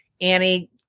Annie